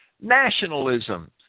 nationalism